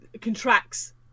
contracts